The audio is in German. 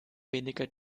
weniger